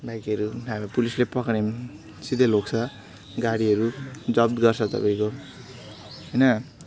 बाइकहरू नभए पुलिसले पक्रियो भने सिधै लान्छ गाडीहरू जफत गर्छ तपाईँको होइन